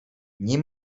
nie